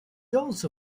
also